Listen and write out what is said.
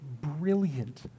brilliant